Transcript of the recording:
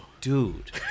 Dude